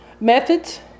methods